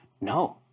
No